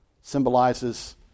symbolizes